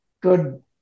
good